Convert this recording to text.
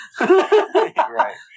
Right